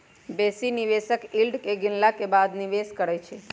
बेशी निवेशक यील्ड के गिनला के बादे निवेश करइ छै